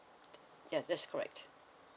ya that's correct